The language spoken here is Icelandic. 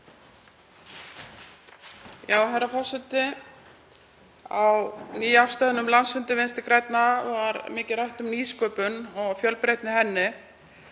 Herra forseti. Á nýafstöðnum landsfundi Vinstri grænna var mikið rætt um nýsköpun og fjölbreytni í henni.